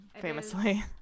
famously